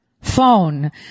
phone